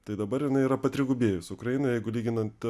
tai dabar jinai yra patrigubėjus ukrainoj jeigu lyginant